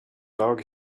dog